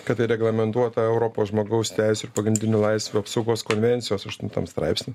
kad tai reglamentuota europos žmogaus teisių ir pagrindinių laisvių apsaugos konvencijos aštuntam straipsny